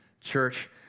Church